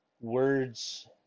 words